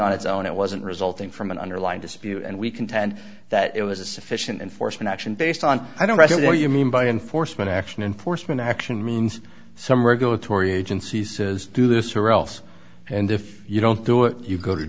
on its own it wasn't resulting from an underlying dispute and we contend that it was a sufficient enforcement action based on i don't know what you mean by enforcement action enforcement action means some regulatory agency says do this or else and if you don't do it you go to